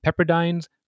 Pepperdine's